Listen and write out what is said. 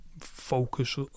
focus